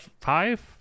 five